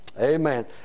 Amen